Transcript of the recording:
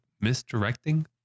misdirecting